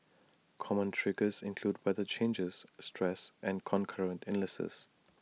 common triggers include weather changes stress and concurrent illnesses